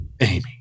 Amy